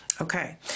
Okay